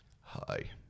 Hi